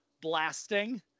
blasting